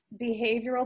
behavioral